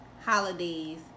holidays